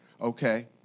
Okay